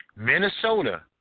Minnesota